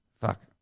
fuck